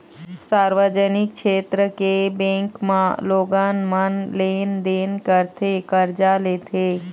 सार्वजनिक छेत्र के बेंक म लोगन मन लेन देन करथे, करजा लेथे